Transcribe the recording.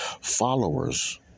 Followers